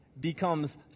becomes